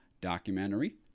documentary